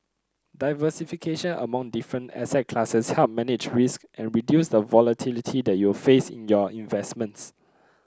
diversification among different asset classes help manage risk and reduce the volatility that you will face in your investments